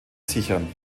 sichern